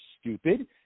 stupid